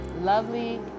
lovely